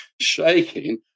shaking